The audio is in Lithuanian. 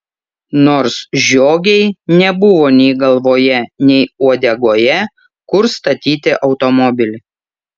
nors žiogei nebuvo nei galvoje nei uodegoje kur statyti automobilį